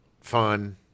fun